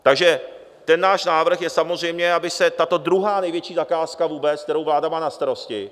Takže náš návrh samozřejmě je, aby se tato druhá největší zakázka vůbec, kterou vláda má na starosti...